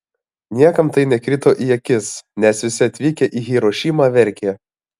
niekam tai nekrito į akis nes visi atvykę į hirošimą verkė